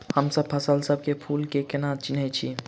हमसब फसल सब मे फूल केँ कोना चिन्है छी?